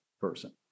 person